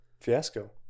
Fiasco